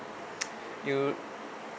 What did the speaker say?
you